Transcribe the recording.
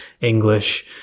English